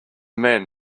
men